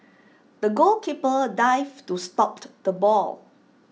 the goalkeeper dived to stop the ball